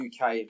uk